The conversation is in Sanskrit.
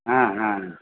हा हा